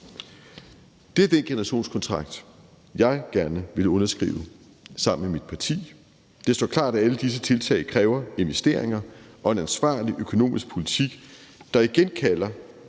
Det er den generationskontrakt jeg gerne vil underskrive sammen med mit parti. Det står klart, at alle disse tiltag kræver investeringer og en ansvarlig økonomisk politik, der igen kalder